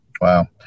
Wow